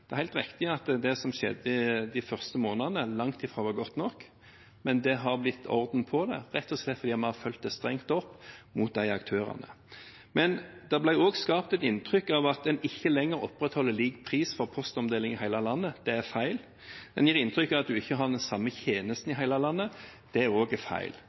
Det er helt riktig at det som skjedde i de første månedene, langt ifra var godt nok, men det har blitt orden på det, rett og slett fordi vi har fulgt det strengt opp overfor de aktørene. Det ble også skapt et inntrykk av at en ikke lenger opprettholder lik pris for postomdeling i hele landet – det er feil. En gir inntrykk av at en ikke har den samme tjenesten i hele landet – det er også feil.